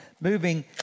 moving